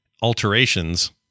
alterations